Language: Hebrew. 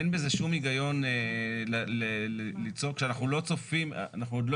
אין בזה שום היגיון לצעוק כשאנחנו עוד לא